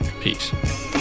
Peace